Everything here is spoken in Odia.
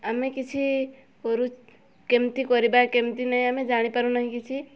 ଆମେ କିଛି କରୁ କେମିତି କରିବା କେମିତି ନାହିଁ ଆମେ ଜାଣିପାରୁ ନାହୁଁ କିଛି